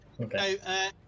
Okay